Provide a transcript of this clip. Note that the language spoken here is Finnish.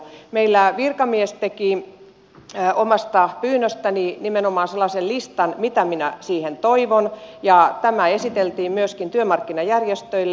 meillä virkamies teki omasta pyynnöstäni nimenomaan sellaisen listan mitä minä siihen toivon ja tämä esiteltiin myöskin työmarkkinajärjestöille